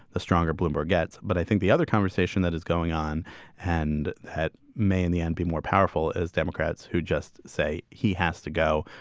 the stronger bloomberg gets. but i think the other conversation that is going on and that may in the end be more powerful is democrats who just say he has to go.